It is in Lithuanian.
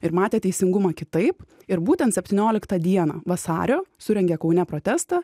ir matė teisingumą kitaip ir būtent septynioliktą dieną vasario surengė kaune protestą